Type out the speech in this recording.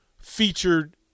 featured